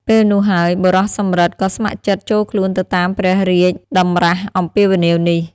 ពេលនោះហើយ បុរសសំរិទ្ធ ក៏ស្ម័គ្រចិត្តចូលខ្លួនទៅតាមព្រះរាជតម្រាស់អំពាវនាវនេះ ។